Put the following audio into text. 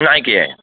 নাইকিয়াই